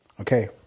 Okay